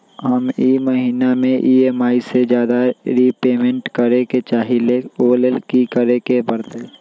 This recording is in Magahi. हम ई महिना में ई.एम.आई से ज्यादा रीपेमेंट करे के चाहईले ओ लेल की करे के परतई?